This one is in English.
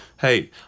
Hey